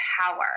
power